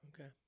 Okay